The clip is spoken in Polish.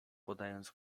podając